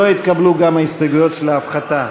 לא התקבלו גם ההסתייגויות של ההפחתה.